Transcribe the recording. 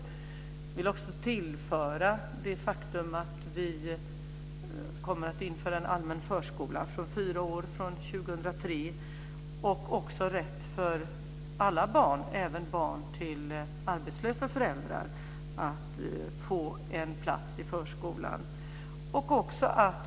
Jag vill också tillägga att vi kommer att införa en allmän förskola från 4 år 2003 och en rätt för alla barn - även barn till arbetslösa föräldrar - att få en plats i förskolan.